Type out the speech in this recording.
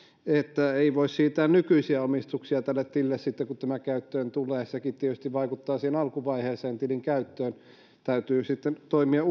että ei voi siirtää nykyisiä omistuksia tälle tilille sitten kun tämä käyttöön tulee sekin tietysti vaikuttaa alkuvaiheessa tilin käyttöön uusien osakkeiden kanssa täytyy sitten toimia